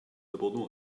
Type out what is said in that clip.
abordons